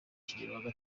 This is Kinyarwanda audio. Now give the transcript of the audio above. kigeli